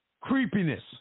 creepiness